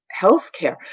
healthcare